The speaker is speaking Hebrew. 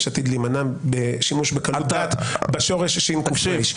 עתיד להימנע משימוש בקלות דעת בשורש שק"ר.